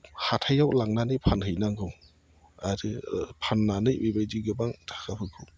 हाथायाव लांनानै फानहैनांगौ आरो फाननानै बेबायदि गोबां थाखाफोरखौ